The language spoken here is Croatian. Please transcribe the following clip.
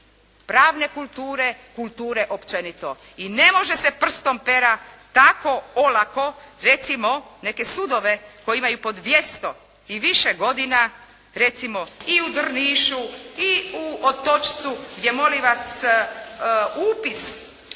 pravne kulture, kulture općenito. I ne može se prstom pera tako olako recimo neke sudove koji imaju po 200 i više godina recimo i u Drnišu i u Otočcu gdje molim vas upis i